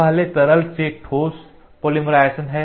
पहले तरल से ठोस पॉलीमराइज़ेशन है